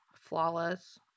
flawless